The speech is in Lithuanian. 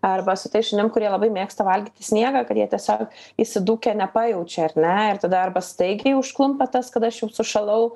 arba su tais šunim kurie labai mėgsta valgyti sniegą kad jie tiesiog įsidūkę nepajaučia ar ne ir tada arba staigiai užklumpa tas kad aš jau sušalau